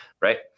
right